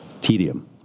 tedium